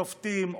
שופטים,